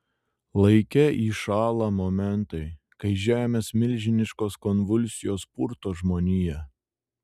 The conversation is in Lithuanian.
laike įšąla momentai kai žemės milžiniškos konvulsijos purto žmoniją